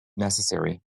necessary